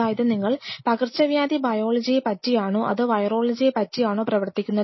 അതായത് നിങ്ങൾ പകർച്ചവ്യാധി ബയോളജിയെ പറ്റിയാണോ അതോ വൈറോളജിയെ പറ്റിയാണോ പ്രവർത്തിക്കുന്നതെന്ന്